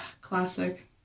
Classic